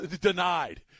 denied